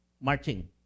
Marching